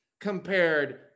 compared